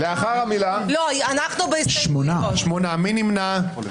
8 נמנעים,